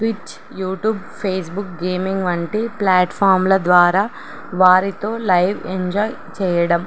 twitch YouTube Facebook gaming వంటి ప్లాట్ఫామ్ల ద్వారా వారితో లైవ్ ఎంజాయ్ చేయడం